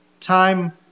Time